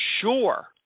sure